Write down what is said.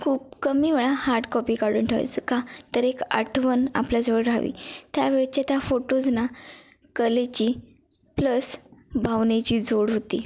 खूप कमी वेळा हार्ड कॉपी काढून ठेवायचो का तर एक आठवण आपल्याजवळ राहावी त्यावेळच्या त्या फोटोजना कलेची प्लस भावनेची जोड होती